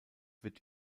wird